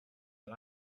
but